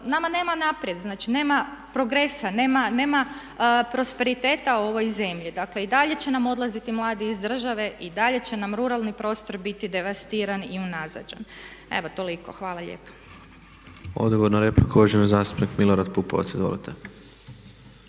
nama nema naprijed, znači nema progresa, nema prosperiteta ovoj zemlji. Dakle i dalje će nam odlaziti mladi iz države, i dalje će nam ruralni prostor biti devastiran i unazađen. Evo toliko, hvala lijepa.